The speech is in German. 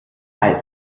eis